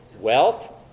Wealth